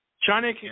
China